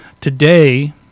Today